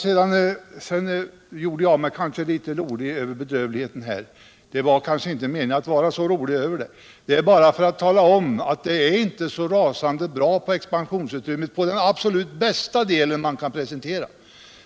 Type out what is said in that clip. Sedan gjorde jag mig kanske litet rolig över bedrövligheten här. Det var inte meningen att vara så rolig över den, utan meningen var bara att tala om att det inte är så rasande bra med expansionsutrymmet på den absolut bästa del som man kan presentera.